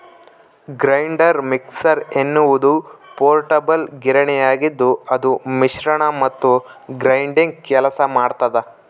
grinder mixer ಎನ್ನುವುದು portable ಗಿರಣಿಯಾಗಿದ್ದುಅದು ಮಿಶ್ರಣ ಮತ್ತು ಗ್ರೈಂಡಿಂಗ್ ಕೆಲಸ ಮಾಡ್ತದ